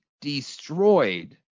destroyed